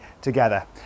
together